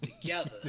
together